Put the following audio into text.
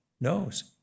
knows